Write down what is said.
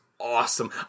awesome